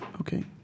Okay